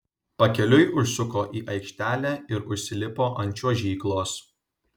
pakeliui užsuko į aikštelę ir užsilipo ant čiuožyklos